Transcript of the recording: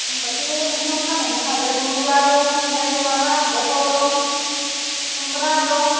होमब्लाथ' नोंसोरनाव फानहैनो हागोन मुला दं नै माबा बहल दं खुमब्रा दं